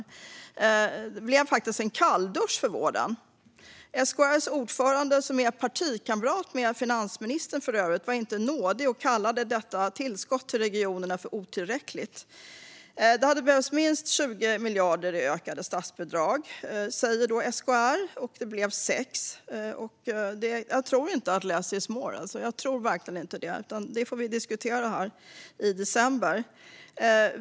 Den SD-styrda högerregeringens statsbudget blev en kalldusch för vården. SKR:s ordförande, som för övrigt är partikamrat med finansministern, var inte nådig utan kallade tillskottet till regionerna otillräckligt. Det hade behövts minst 20 miljarder i ökade statsbidrag, säger SKR, och det blev 6 miljarder. Jag tror verkligen inte att less is more, utan vi får diskutera detta i december.